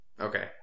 Okay